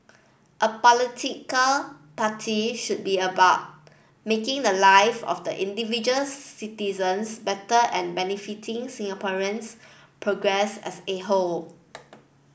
a political party should be about making the life of the individual citizens better and benefiting Singaporeans progress as a whole